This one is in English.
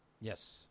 Yes